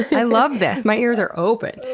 i love this! my ears are open.